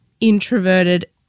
introverted